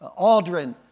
Aldrin